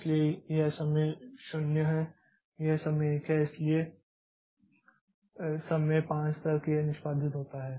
इसलिए यह समय 0 है यह समय 1 है इसलिए समय 5 तक यह निष्पादित होता है